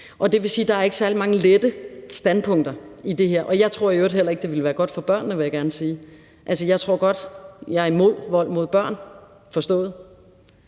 Det vil sige, at der ikke er særlig mange lette standpunkter i det her. Jeg tror i øvrigt heller ikke, det ville være godt for børnene, vil jeg gerne sige. Jeg er imod vold mod børn – det